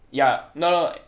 ya no no